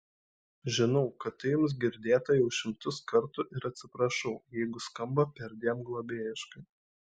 žinau kad tai jums girdėta jau šimtus kartų ir atsiprašau jeigu skamba perdėm globėjiškai